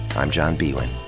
i'm john biewen.